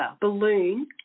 balloon